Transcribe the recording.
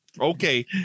Okay